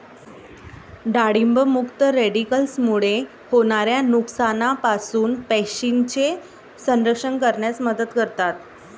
डाळिंब मुक्त रॅडिकल्समुळे होणाऱ्या नुकसानापासून पेशींचे संरक्षण करण्यास मदत करतात